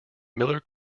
miller